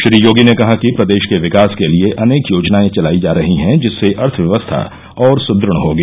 श्री योगी ने कहा कि प्रदेश के विकास के लिये अनेक योजनायें चलायी जा रही है जिससे अर्थव्यवस्था और सुदृढ होगी